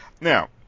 now